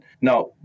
Now